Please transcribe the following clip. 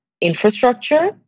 infrastructure